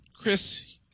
Chris